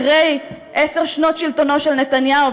אחרי עשר שנות שלטונו של נתניהו,